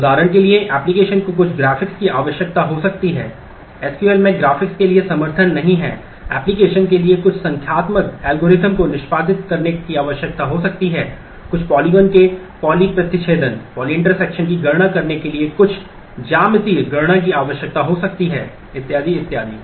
उदाहरण के लिए एप्लिकेशन को कुछ ग्राफिक्स की आवश्यकता हो सकती है एसक्यूएल की गणना करने के लिए कुछ ज्यामितीय गणना की आवश्यकता हो सकती है इत्यादि इत्यादि